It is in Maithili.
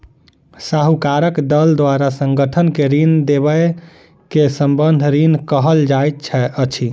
साहूकारक दल द्वारा संगठन के ऋण देबअ के संबंद्ध ऋण कहल जाइत अछि